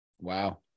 Wow